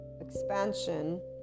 expansion